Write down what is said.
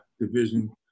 division